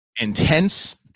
intense